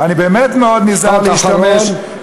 אני באמת מאוד נזהר מלהשתמש, משפט אחרון.